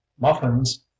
Muffins